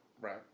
Right